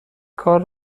کار